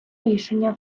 рішення